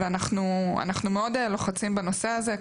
ואנחנו מאוד לוחצים בנושא הזה.